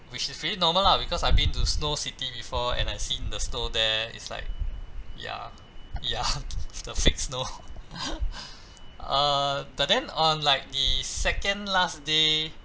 which is really normal lah because I've been to snow city before and I seen the snow there is like ya ya the fake snow uh but then on like the second last day